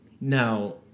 Now